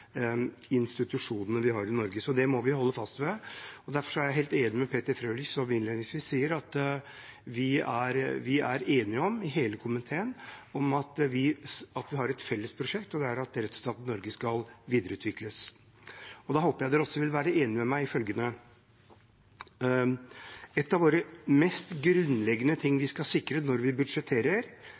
institusjonene vi har i Norge. Det må vi holde fast ved. Derfor er jeg helt enig med Peter Frølich, som innledningsvis sier at vi er enige om – i hele komiteen – at vi har et felles prosjekt, og det er at rettsstaten Norge skal videreutvikles. Da håper jeg at dere også vil være enig med meg i følgende: Noe av det mest grunnleggende vi skal sikre når vi budsjetterer,